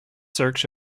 search